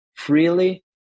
Freely